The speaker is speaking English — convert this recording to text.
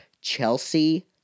chelsea